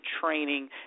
training